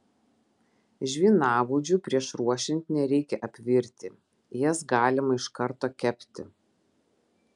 žvynabudžių prieš ruošiant nereikia apvirti jas galima iš karto kepti